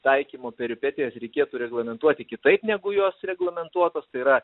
taikymo peripetijas reikėtų reglamentuoti kitaip negu jos reglamentuotos tai yra